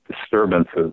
disturbances